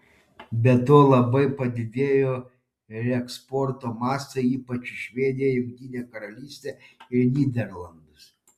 be to labai padidėjo reeksporto mastai ypač į švediją jungtinę karalystę ir nyderlandus